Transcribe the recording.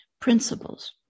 principles